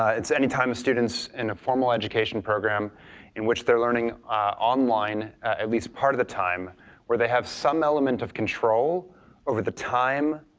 it's any time a students in a formal education program in which they're learning online at least part of the time where they have some element of control over the time,